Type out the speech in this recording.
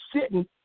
sitting